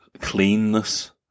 cleanness